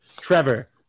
Trevor